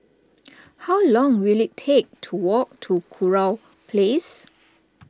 how long will it take to walk to Kurau Place